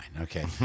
Okay